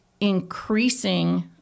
increasing